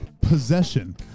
possession